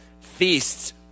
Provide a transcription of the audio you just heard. Feasts